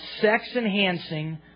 sex-enhancing